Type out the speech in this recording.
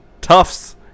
Tufts